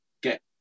get